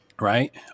right